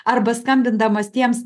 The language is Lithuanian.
arba skambindamas tiems